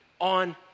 on